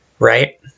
right